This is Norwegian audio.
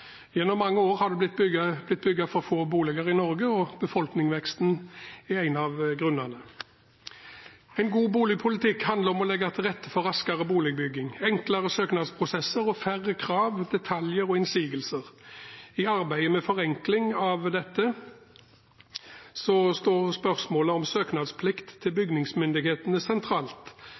Gjennom mange år har det blitt bygd for få boliger i Norge, og befolkningsveksten er en av grunnene. En god boligpolitikk handler om å legge til rette for raskere boligbygging, enklere søknadsprosesser og færre krav, detaljer og innsigelser. I arbeidet med forenkling av dette står spørsmålet om søknadsplikt til bygningsmyndighetene sentralt,